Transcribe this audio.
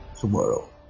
Tomorrow